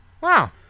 wow